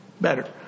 Better